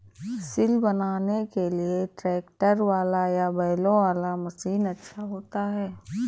सिल बनाने के लिए ट्रैक्टर वाला या बैलों वाला मशीन अच्छा होता है?